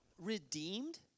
redeemed